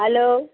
hello